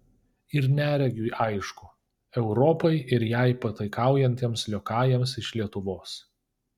ir neregiui aišku europai ir jai pataikaujantiems liokajams iš lietuvos